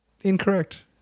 Incorrect